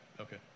Okay